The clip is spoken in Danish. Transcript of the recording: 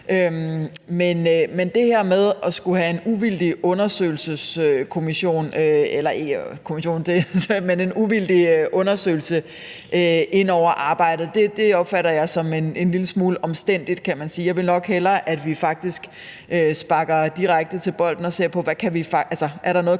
men det her med at skulle have en uvildig undersøgelse ind over arbejdet opfatter jeg som en lille smule omstændeligt, kan man sige. Jeg ville nok hellere, at vi faktisk sparker direkte til bolden og ser på, om der er noget